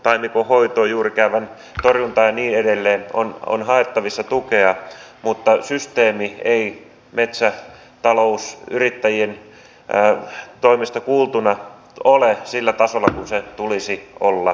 taimikon hoitoon juurikäävän torjuntaan ja niin edelleen on haettavissa tukea mutta systeemi ei metsätalousyrittäjien toimesta kuultuna ole sillä tasolla kuin sen tulisi olla